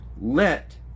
let